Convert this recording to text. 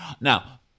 Now